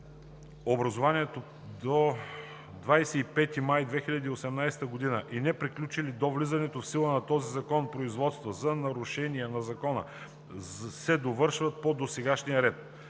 Образуваните до 25 май 2018 г. и неприключили до влизането в сила на този закон производства за нарушения на закона се довършват по досегашния ред.